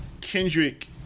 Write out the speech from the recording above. Kendrick